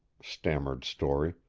stammered storey.